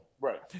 Right